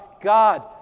God